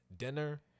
Dinner